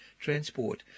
transport